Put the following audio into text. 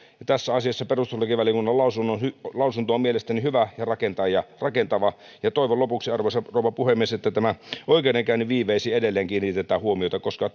tässä asiassa perustuslakivaliokunnan lausunto on mielestäni hyvä ja rakentava toivon lopuksi arvoisa rouva puhemies että näihin oikeudenkäynnin viiveisiin edelleen kiinnitetään huomiota koska